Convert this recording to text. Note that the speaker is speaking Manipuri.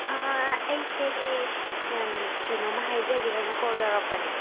ꯑꯩꯁꯦ ꯃꯦꯝ ꯀꯩꯅꯣꯝꯃ ꯍꯥꯏꯖꯒꯦꯅ ꯀꯣꯜ ꯇꯧꯔꯛꯄꯅꯦ